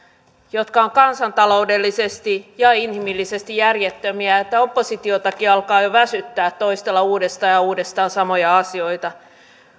jotka ovat kansantaloudellisesti ja inhimillisesti järjettömiä että oppositiotakin alkaa jo väsyttää toistella uudestaan ja uudestaan samoja asioita